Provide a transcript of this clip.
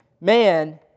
man